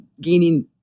gaining